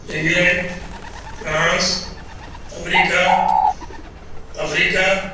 England France America Africa